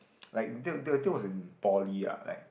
like that that that was in poly ah like